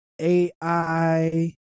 AI